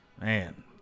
Man